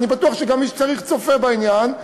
ואני בטוח שגם מי שצריך צופה בדיון,